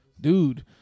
Dude